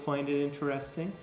find it interesting